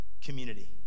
community